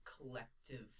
collective